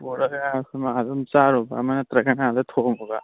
ꯄꯨꯔꯒ ꯁꯨꯝ ꯑꯥꯗ ꯑꯗꯨꯝ ꯆꯥꯔꯨꯕ ꯑꯃ ꯅꯠꯇ꯭ꯔꯒꯅ ꯑꯥꯗ ꯊꯣꯡꯂꯨꯕ